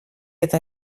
eta